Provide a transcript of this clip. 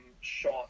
shot